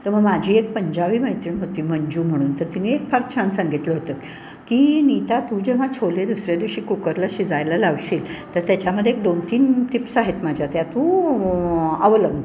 तर मग माझी एक पंजाबी मैत्रीण होती मंजू म्हणून तर तिने एक फार छान सांगितलं होतं की नीता तू जेव्हा छोले दुसऱ्या दिवशी कुकरला शिजायला लावशील तर त्याच्यामध्ये एक दोनतीन टिप्स आहेत माझ्या त्या तू अवलंब